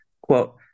Quote